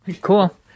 Cool